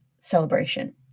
celebration